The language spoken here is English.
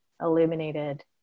illuminated